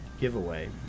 giveaway